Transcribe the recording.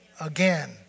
again